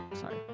sorry